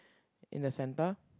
in the center